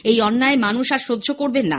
এই অন্যায় মানুষ আর সহ্য করবেনা